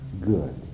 good